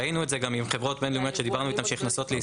ראינו את זה גם עם חברות בין לאומיות שדיברנו איתן שנכנסות לישראל.